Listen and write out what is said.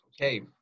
Okay